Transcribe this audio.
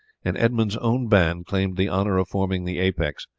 and edmund's own band claimed the honour of forming the apex,